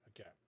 Okay